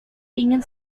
ingin